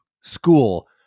school